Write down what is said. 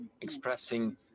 expressing